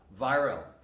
viral